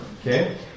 Okay